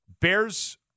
Bears